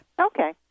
Okay